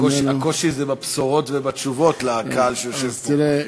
הקושי זה בבשורות ובתשובות לקהל שיושב פה,